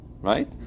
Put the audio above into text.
Right